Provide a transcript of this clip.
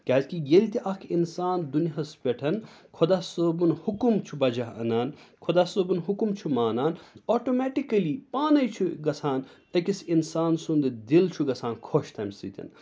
کیازِکہِ ییٚلہِ تہِ اکھ اِنسان دُنیاہَس پٮ۪ٹھ خۄدا صٲبُن حُکُم چھُ بجا اَنان خۄدا صٲبُن حُکُم چھُ مانان آٹومیٹِکٔلی پانَے چھُ گژھان أکِس اِنسان سُنٛد دِل چھُ گژھان خوش تَمہِ سۭتۍ